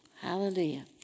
Hallelujah